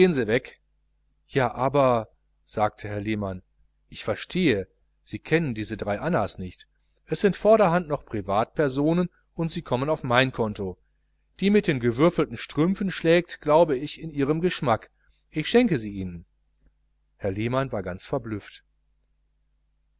ja aber sagte herr lehmann ich verstehe sie kennen diese drei annas nicht es sind vorderhand noch privatpersonen und sie kommen auf mein konto die mit den gewürfelten strümpfen schlägt glaub ich in ihren geschmack ich schenke sie ihnen herr lehmann war ganz verblüfft